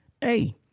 hey